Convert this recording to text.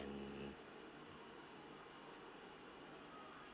mm